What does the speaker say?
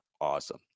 Awesome